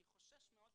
אני חושש מאוד שלא.